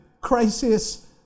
crisis